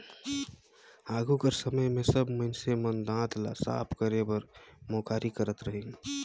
आघु कर समे मे सब मइनसे मन दात ल साफ करे बर मुखारी करत रहिन